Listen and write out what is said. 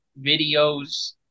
videos